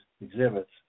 exhibits